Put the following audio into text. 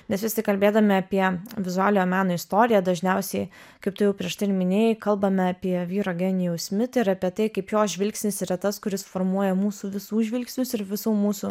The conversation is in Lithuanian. nes vis tik kalbėdami apie vizualiojo meno istoriją dažniausiai kaip tu jau prieš tai ir minėjai kalbame apie vyro genijaus mitą ir apie tai kaip jos žvilgsnis yra tas kuris formuoja mūsų visų žvilgsnius ir visų mūsų